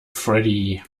freddy